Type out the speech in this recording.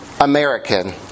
American